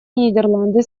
нидерланды